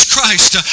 Christ